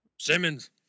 Simmons